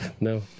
No